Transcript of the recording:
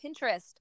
Pinterest